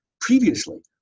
Previously